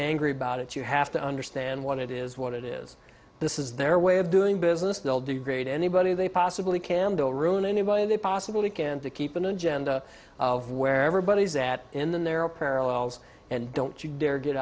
angry about it you have to understand what it is what it is this is their way of doing business they'll degrade anybody they possibly can they'll ruin anybody they possibly can to keep an agenda of where everybody is that in there are parallels and don't you dare get